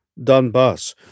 Donbass